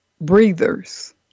breathers